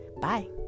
Bye